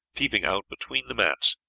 peeping out between the mats,